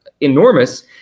enormous